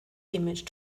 image